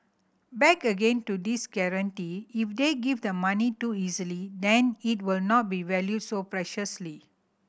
back again to this guarantee if they give the money too easily then it will not be valued so preciously